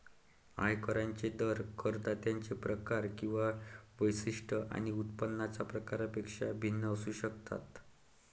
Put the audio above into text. आयकरांचे दर करदात्यांचे प्रकार किंवा वैशिष्ट्ये आणि उत्पन्नाच्या प्रकारापेक्षा भिन्न असू शकतात